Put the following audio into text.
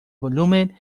volumen